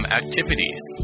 activities